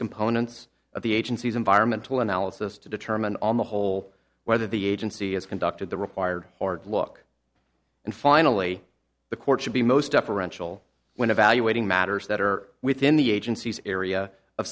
components of the agency's environmental analysis to determine on the whole whether the agency has conducted the required or look and finally the court should be most deferential when evaluating matters that are within the agency's area of